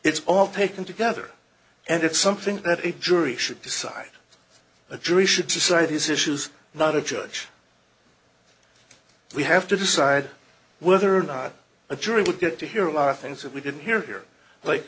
it's all taken together and it's something that a jury should decide a jury should decide these issues not a judge we have to decide whether or not a jury will get to hear our things that we didn't hear hear like